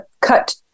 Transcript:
cut